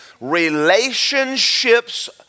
Relationships